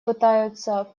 пытаются